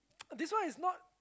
this one is not